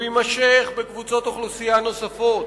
הם יימשכו בקבוצות אוכלוסייה נוספות,